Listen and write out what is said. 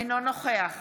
אינו נוכח